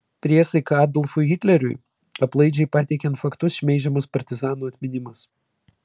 priesaika adolfui hitleriui aplaidžiai pateikiant faktus šmeižiamas partizanų atminimas